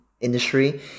industry